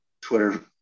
Twitter